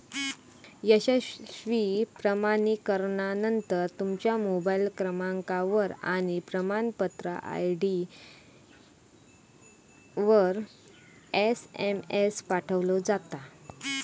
यशस्वी प्रमाणीकरणानंतर, तुमच्या मोबाईल क्रमांकावर आणि प्रमाणपत्र आय.डीवर एसएमएस पाठवलो जाता